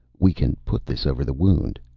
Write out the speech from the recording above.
we can put this over the wound,